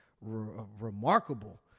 remarkable